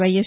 YS